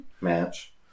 match